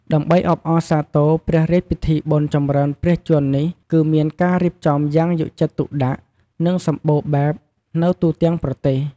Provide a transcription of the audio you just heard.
ដើម្បីអបអរសាទរព្រះរាជពិធីបុណ្យចម្រើនព្រះជន្មនេះ គឺមានការរៀបចំយ៉ាងយកចិត្តទុកដាក់ និងសម្បូរបែបនៅទូទាំងប្រទេស។